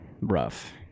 rough